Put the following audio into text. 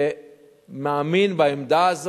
שמאמין בעמדה הזאת,